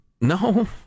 No